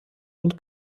und